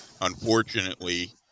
Unfortunately